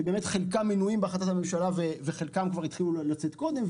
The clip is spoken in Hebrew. שבאמת חלקם מנויים בהחלטת הממשלה וחלקם כבר התחילו לצאת קודם.